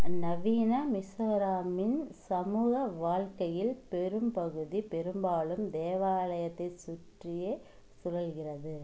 நவீன மிசோராமின் சமூக வாழ்க்கையில் பெரும்பகுதி பெரும்பாலும் தேவாலயத்தை சுற்றியே சுழல்கிறது